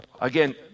again